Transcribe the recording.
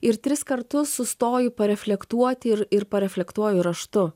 ir tris kartus sustoju reflektuoti ir ir reflektuoju raštu